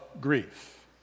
grief